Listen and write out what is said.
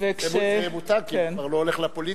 זה מותר, כי הוא כבר לא הולך לפוליטיקה.